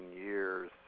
years